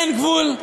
אין גבול.